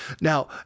Now